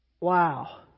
Wow